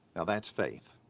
now that's faith.